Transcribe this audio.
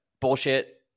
bullshit